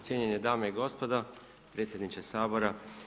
Cijenjene dame i gospodo, predsjedniče Sabora.